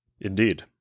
indeed